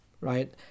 right